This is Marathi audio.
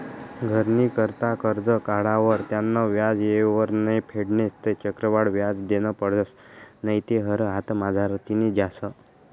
घरनी करता करजं काढावर त्यानं व्याज येयवर नै फेडं ते चक्रवाढ व्याज देनं पडसं नैते घर हातमझारतीन जास